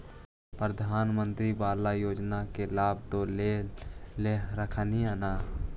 प्रधानमंत्री बाला योजना के लाभ तो ले रहल्खिन ह न?